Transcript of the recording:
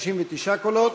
69 קולות,